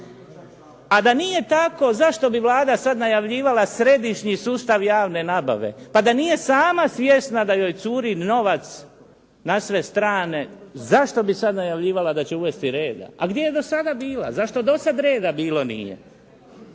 A da nije tako zašto bi Vlada sad najavljivala središnji sustav javne nabave. Pa da nije sama svjesna da joj curi novac na sve strane, zašto bi sad najavljivala da će uvesti reda? A gdje je do sada bila, zašto do sad reda bilo nije?